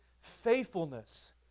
faithfulness